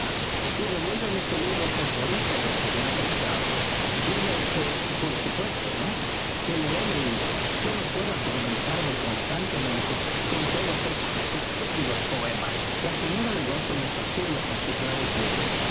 y devuélvele ese libro soporífero que me ha prestado diciéndole por supuesto que lo he leído yo no puedo atormentarme constantemente con todos esos poemas la señora de rusell me fastidia con sus nuevos libros